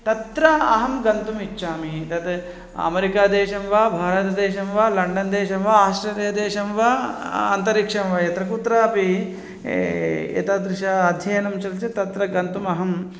तत्र अहं गन्तुमिच्छामि तद् अमेरिकादेशं वा भारतदेशं वा लण्डनदेशं वा आस्ट्रेलियादेशं वा अन्तरिक्षं वा यत्र कुत्रापि एतादृशम् अध्ययनं चलति चेत् तत्र गन्तुमहम्